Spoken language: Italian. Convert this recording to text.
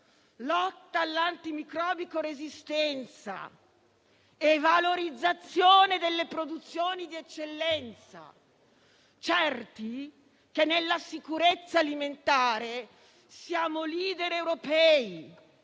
lotta all'antimicrobico-resistenza e valorizzazione delle produzioni di eccellenza, certi che nella sicurezza alimentare siamo *leader* europei